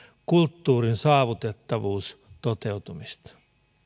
kulttuurin saavutettavuuden toteutumista